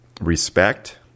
respect